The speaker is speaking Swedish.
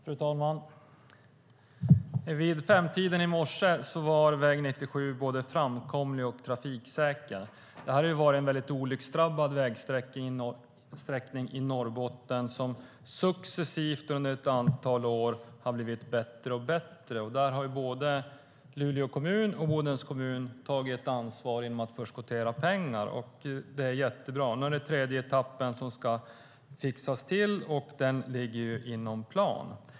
Fru talman! Vid femtiden i morse var väg 97 både framkomlig och trafiksäker. Det har varit en väldigt olycksdrabbad vägsträckning i Norrbotten som successivt under ett antal år har blivit bättre och bättre. Där har både Luleå kommun och Bodens kommun tagit ansvar genom att förskottera pengar, och det är jättebra. Nu är det den tredje etappen som ska fixas till, och det ligger inom plan.